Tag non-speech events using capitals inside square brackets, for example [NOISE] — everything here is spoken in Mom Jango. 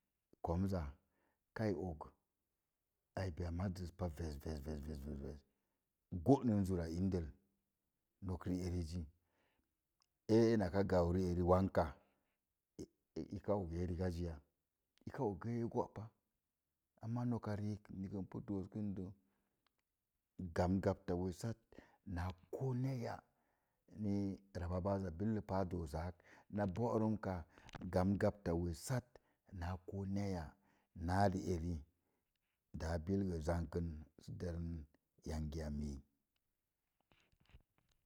Komza kai i og aibe a maz zai pa ves ves ves gónun zur indəl nok rii zi e náá sai rii wanka i aka ogee rigagiya, i ka og rii gó pa. Amma nok riik n pa doosəkə də gabən gbata omit, naa ko nee ya nii rababaz [UNINTELLIGIBLE] dosaak na borumka sbən gbata wessat naa koo neeya náá riari da bu rə zankə dookən yangi amii.